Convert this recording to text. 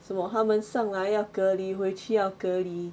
什么他们上来要隔离回去要隔离